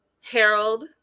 harold